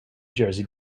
jersey